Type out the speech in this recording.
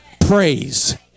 praise